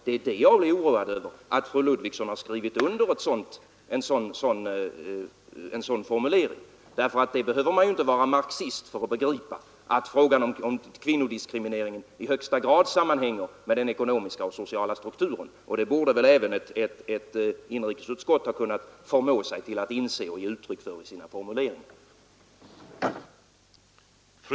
Det jag är oroad över är alltså att fru Ludvigsson har skrivit under en sådan formulering. Man behöver nämligen inte vara marxist för att begripa att frågan om kvinnodiskrimineringen i högsta grad hänger samman med den ekonomiska och sociala strukturen — och det borde väl även ett inrikesutskott kunna förmå sig att inse och ge uttryck för i sina formuleringar.